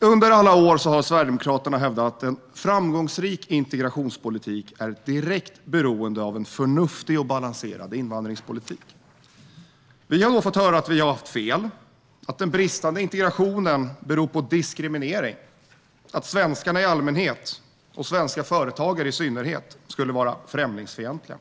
Under alla år har Sverigedemokraterna hävdat att en framgångsrik integrationspolitik är direkt beroende av en förnuftig och balanserad invandringspolitik. Vi har då fått höra att vi haft fel, att den bristande integrationen beror på diskriminering och att svenskarna i allmänhet och svenska företagare i synnerhet skulle vara främlingsfientliga.